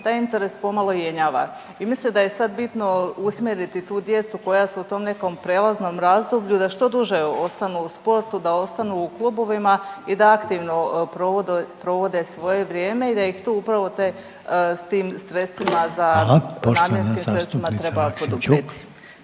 taj interes pomalo jenjava i mislim da je sad bitno usmjeriti tu djecu koja su u tom nekom prelaznom razdoblju da što duže ostanu u sportu, da ostanu u klubovima i da aktivno provode svoje vrijeme i da ih tu upravo te, s tim sredstvima za, namjenskim sredstvima treba poduprijeti.